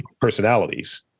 personalities